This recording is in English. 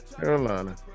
Carolina